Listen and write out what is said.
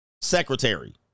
secretary